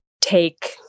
take